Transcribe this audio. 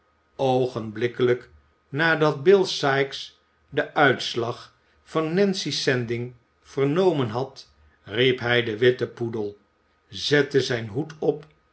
nadat bill sikes den uitslag van nancy's zending vernomen had riep hij den witten poedel zette zijn hoed op